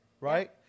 Right